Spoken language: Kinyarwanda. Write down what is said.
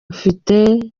mfite